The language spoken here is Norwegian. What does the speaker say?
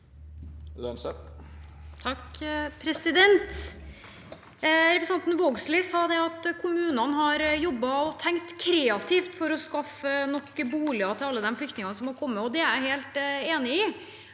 Representanten Vågslid sa at kommunene har jobbet og tenkt kreativt for å skaffe nok boliger til alle de flyktningene som er kommet, og det er jeg helt enig i.